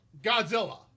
Godzilla